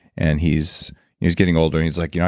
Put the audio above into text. and he's he's getting older he's like, you know